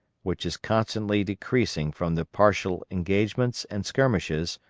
which is constantly decreasing from the partial engagements and skirmishes,